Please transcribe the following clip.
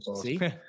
See